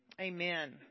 Amen